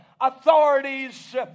authorities